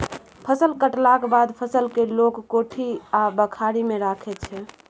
फसल कटलाक बाद फसल केँ लोक कोठी आ बखारी मे राखै छै